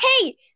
Hey